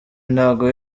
ntago